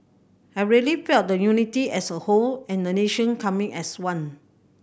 I really felt the unity as a whole and the nation coming as one